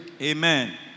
Amen